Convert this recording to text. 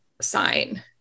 sign